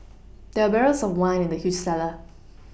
there were barrels of wine in the huge cellar